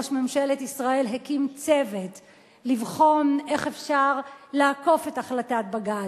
ראש ממשלת ישראל הקים צוות לבחון איך אפשר לעקוף את החלטת בג"ץ,